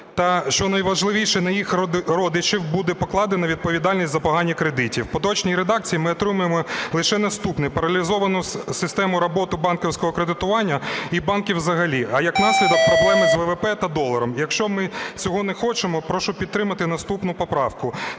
та, що найважливіше, на їх родичів буде покладено відповідальність за "погані" кредити. В поточній редакції ми отримаємо лише наступне: паралізовану систему роботи банківського кредитування і банків взагалі, а, як наслідок, проблеми з ВВП та доларом. Якщо ми цього не хочемо, прошу підтримати наступну поправку.